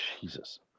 jesus